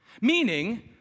meaning